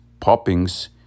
poppings